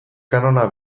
kanona